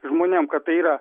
žmonėm kad tai yra